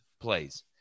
plays